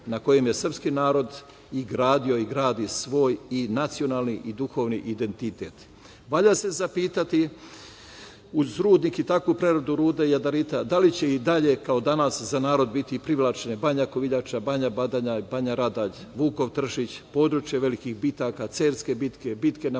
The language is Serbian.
na kojem je srpski narod i gradio i gradi svoj i nacionalni i duhovni identitet. Valja se zapitati uz radnik i takvu preradu rude jadarita, da li će i dalje kao danas za narod biti privlačne Banja Koviljača, Banja Badanja, Banja Radalj, Vukov Tršić, područje velikih bitaka, Cerske bitke, bitke na